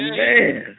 man